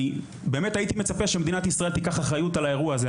ובאמת הייתי מצפה שמדינת ישראל תיקח אחריות על האירוע הזה.